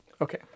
Okay